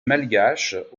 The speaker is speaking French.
malgaches